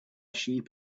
sheep